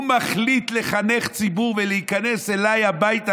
הוא מחליט לחנך ציבור ולהיכנס אליי הביתה,